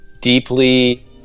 deeply